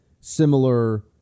similar